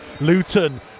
Luton